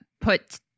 put